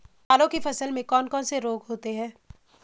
दालों की फसल में कौन कौन से रोग होते हैं?